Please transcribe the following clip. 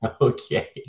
Okay